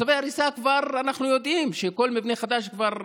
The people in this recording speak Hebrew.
צווי הריסה, אנחנו כבר יודעים שכל מבנה חדש כבר,